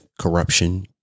corruption